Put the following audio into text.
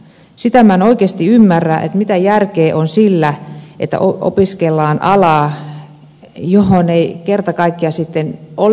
sitä en oikeasti ymmärrä mitä järkeä on siinä että opiskellaan alaa johon ei kerta kaikkiaan ole edellytyksiä